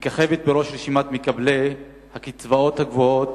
מככבת בראש רשימת מקבלי הקצבאות הגבוהות,